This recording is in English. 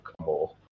more